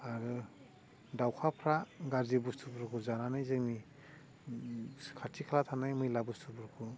आरो दावखाफ्रा गाज्रि बुस्थुफोरखौ जानानै जोंनि खाथि खाला थानाय मैला बुस्थुफोरखौ